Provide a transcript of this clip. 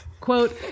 quote